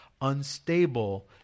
unstable